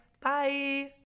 bye